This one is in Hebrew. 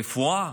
רפואה,